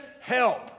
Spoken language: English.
help